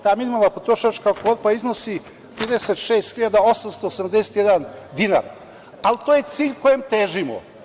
Ta minimalna potrošačka korpa iznosi 26.871 dinar, ali to je cilj kojem težimo.